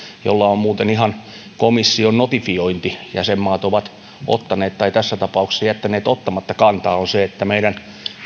jolla on muuten ihan komission notifiointi jäsenmaat ovat ottaneet tai tässä tapauksessa jättäneet ottamatta kantaa on se että meidän